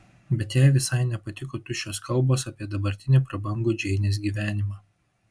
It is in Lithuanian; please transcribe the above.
bet jai visai nepatiko tuščios kalbos apie dabartinį prabangų džeinės gyvenimą